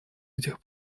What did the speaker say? этих